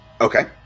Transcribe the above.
Okay